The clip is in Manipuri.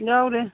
ꯌꯥꯎꯔꯤ